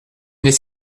n’est